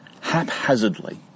haphazardly